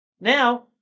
now